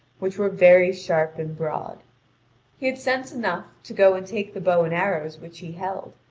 which were very sharp and broad he had sense enough to go and take the bow and arrows which he held.